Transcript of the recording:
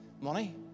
money